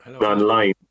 online